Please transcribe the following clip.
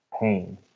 pain